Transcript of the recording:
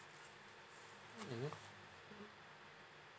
mmhmm